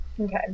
Okay